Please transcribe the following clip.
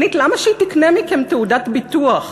שנית, למה שהיא תקנה מכם תעודת ביטוח?